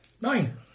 Nine